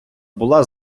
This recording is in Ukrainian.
була